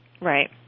Right